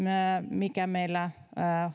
mikä meillä